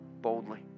boldly